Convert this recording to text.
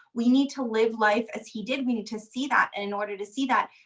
we need to live life as he did. we need to see that. in order to see that,